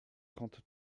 trente